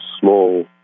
small